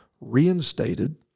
reinstated